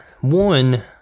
one